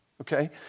Okay